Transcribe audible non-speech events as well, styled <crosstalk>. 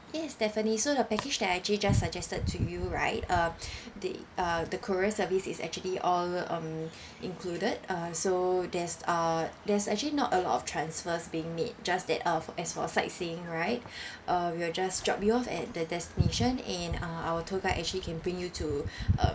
yes definitely so the package that I actually just suggested to you right uh <breath> the uh the courier service is actually all um <breath> included uh so there's uh there's actually not a lot of transfers being made just that of as for sightseeing right <breath> uh we will just drop you off at the destination and uh our tour guide actually can bring you to <breath> uh